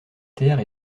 terre